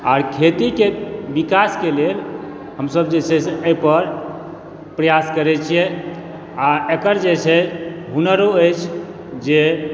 आर खेतीके विकासके लेल हमसभ जे छै से एहिपर प्रयास करैत छियै आ एकर जे छै हुनरो अछि जे